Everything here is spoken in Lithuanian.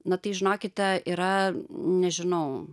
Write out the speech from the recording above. na tai žinokite yra nežinau